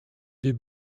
wir